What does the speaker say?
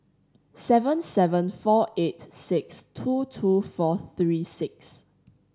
seven seven four eight six two two four three six